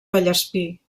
vallespir